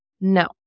no